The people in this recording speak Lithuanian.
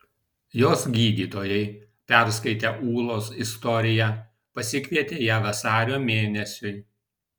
jos gydytojai perskaitę ūlos istoriją pasikvietė ją vasario mėnesiui